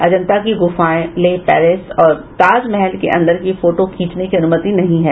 अंजता की गुफाए लेह पैलेस और ताज महल के अंदर की फोटो खिंचने की अनुमति नहीं है